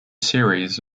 series